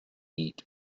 eat